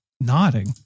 nodding